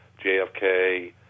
JFK